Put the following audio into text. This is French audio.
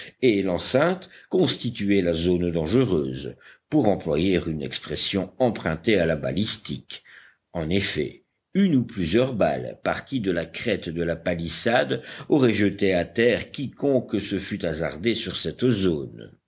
et l'enceinte constituaient la zone dangereuse pour employer une expression empruntée à la balistique en effet une ou plusieurs balles parties de la crête de la palissade auraient jeté à terre quiconque se fût hasardé sur cette zone